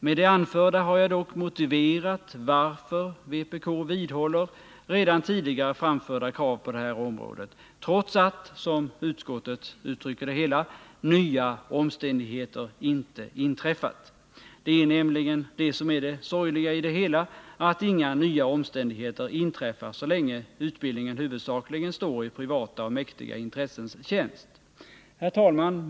Med det anförda har jag dock motiverat varför vpk vidhåller redan tidigare framförda krav på det här området, trots att — som utskottet uttrycker det hela — ”nya omständigheter inte inträffat”. Det är nämligen det som är det sorgliga i det hela — att inga nya omständigheter inträffar så länge utbildningen huvudsakligen står i mäktiga privata intressens tjänst. Herr talman!